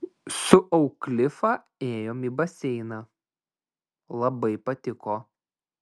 su auklifa ėjom į baseiną labai patiko